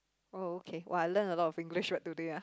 oh okay !woah! I learn a lot of English word today ah